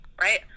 Right